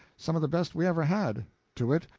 some of the best we ever had to wit,